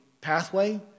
pathway